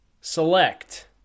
Select